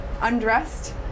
undressed